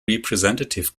representative